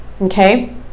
Okay